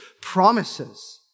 promises